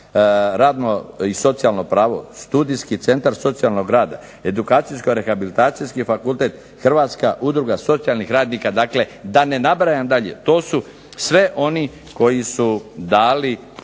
radno i socijalno pravo. Studijski centar socijalnog rada. Edukacijko-rehabilitacijski fakultet. Hrvatska udruga socijalnih radnika. Dakle, da ne nabrajam dalje. To su sve oni koji su dali